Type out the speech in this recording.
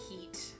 heat